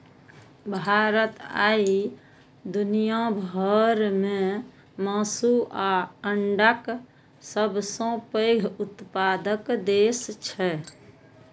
भारत आइ दुनिया भर मे मासु आ अंडाक सबसं पैघ उत्पादक देश छै